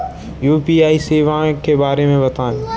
UPI सेवाओं के बारे में बताएँ?